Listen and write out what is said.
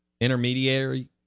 intermediary